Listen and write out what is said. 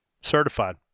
Certified